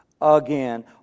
again